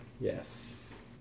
Yes